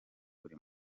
buri